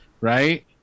Right